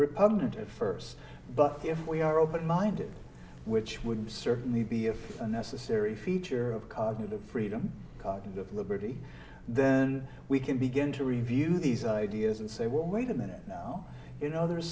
repugnant at first but if we are open minded which would certainly be of a necessary feature of cognitive freedom cognitive liberty then we can begin to review these ideas and say well wait a minute now you know there